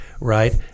right